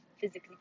physically